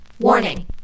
Warning